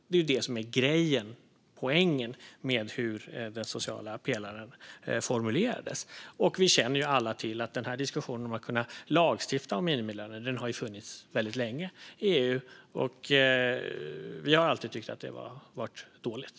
Det är poängen med hur den sociala pelaren formulerades. Diskussionen om att kunna lagstifta om minimilöner har länge funnits i EU, och vi har alltid tyckt att det var dåligt.